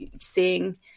seeing